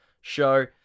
show